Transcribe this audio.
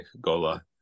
Gola